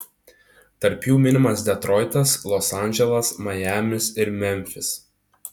tarp jų minimas detroitas los andželas majamis ir memfis